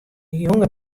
jonge